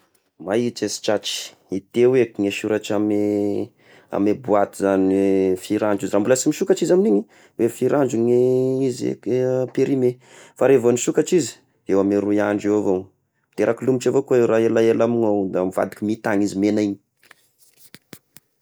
Mahisy asitratry, iteo eh misy soratra amy amy boaty zagny hoe firy andro izy, raha mbola sy nisokatry izy amin'igny, hoe firy andro ny izy perime, fa revo misokatry izy de eo amy roa andro eo avao, miteraky lomotry avao ko io raha elaela amy ao da mivadika minty any izy megna igny.